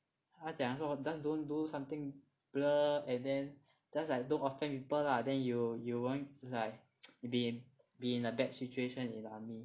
他讲说 just don't do something blur and then just like don't offend people lah then you you won't like be in be in a bad situation in army